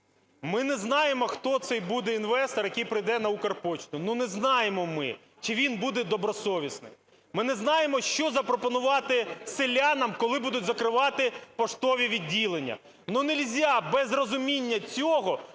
Ми не знаємо, хто цей буде інвестор, який прийде на "Укрпошту". Ну не знаємо ми, чи він буде добросовісний. Ми не знаємо, що запропонувати селянам, коли будуть закривати поштові відділення. Ну неможна без розуміння цього